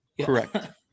Correct